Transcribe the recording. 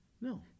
No